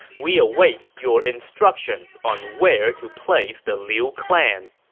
we await your instructions on where to place the liu clan.